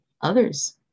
others